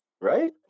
Right